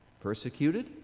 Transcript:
Persecuted